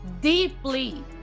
deeply